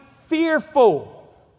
fearful